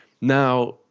Now